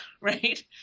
right